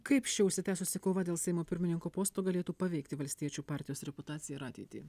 kaip ši užsitęsusi kova dėl seimo pirmininko posto galėtų paveikti valstiečių partijos reputaciją ir ateitį